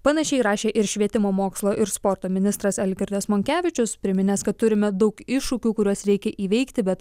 panašiai rašė ir švietimo mokslo ir sporto ministras algirdas monkevičius priminęs kad turime daug iššūkių kuriuos reikia įveikti bet